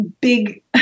big